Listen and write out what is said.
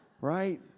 Right